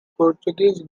portuguese